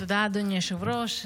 תודה, אדוני היושב-ראש.